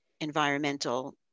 environmental